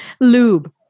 lube